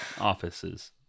offices